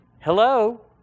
Hello